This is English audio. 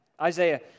Isaiah